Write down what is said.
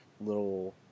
little